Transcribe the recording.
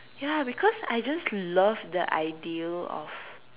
ya because I just love the ideal of